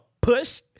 push